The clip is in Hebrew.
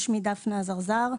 שמי דפנה אזרזר,